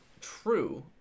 True